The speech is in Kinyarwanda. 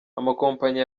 amakompanyi